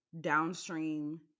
downstream